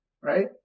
right